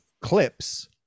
clips